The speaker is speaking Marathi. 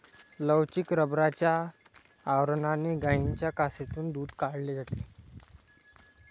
लवचिक रबराच्या आवरणाने गायींच्या कासेतून दूध काढले जाते